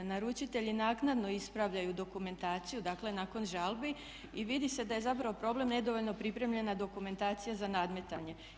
Naručitelji naknadno ispravljaju dokumentaciju, dakle nakon žalbi, i vidi se da je zapravo problem nedovoljno pripremljena dokumentacija za nadmetanje.